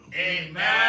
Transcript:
Amen